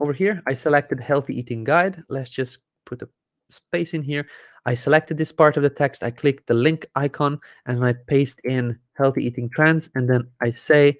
over here i selected healthy eating guide let's just put the space in here i selected this part of the text i click the link icon and i paste in healthy eating trends and then i say